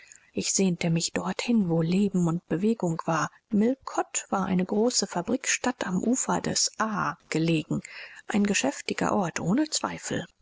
ich sehnte mich dorthin wo leben und bewegung war millcote war eine große fabrikstadt am ufer des a gelegen ein geschäftiger ort ohne zweifel